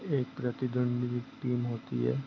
एक प्रतिद्वंदी की टीम होती है